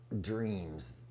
dreams